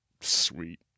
Sweet